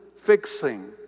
fixing